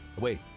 wait